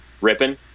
ripping